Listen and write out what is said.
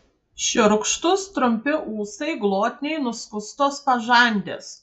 šiurkštūs trumpi ūsai glotniai nuskustos pažandės